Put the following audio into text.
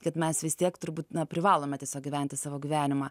kad mes vis tiek turbūt na privalome tiesiog gyventi savo gyvenimą